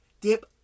dip